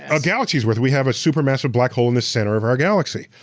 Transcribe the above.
a galaxy's worth. we have a super massive black hole in the center of our galaxy.